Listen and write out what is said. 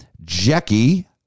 Jackie